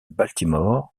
baltimore